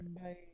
Bye